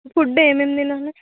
food ఏమేమి తినాలి